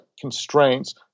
constraints